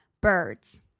Birds